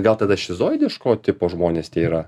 gal tada šizoidiško tipo žmonės tie yra